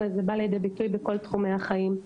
וזה בא לידי ביטוי בכל תחומי החיים.